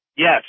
Yes